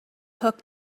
hook